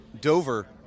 Dover